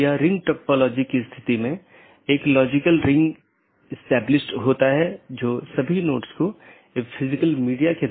यदि तय अवधी के पूरे समय में सहकर्मी से कोई संदेश प्राप्त नहीं होता है तो मूल राउटर इसे त्रुटि मान लेता है